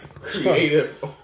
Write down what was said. creative